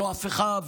לא הפיכה,